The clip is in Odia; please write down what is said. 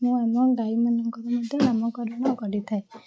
ମୁଁ ଆମ ଗାଈମାନଙ୍କର ମଧ୍ୟ ନାମକରଣ କରିଥାଏ